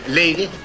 lady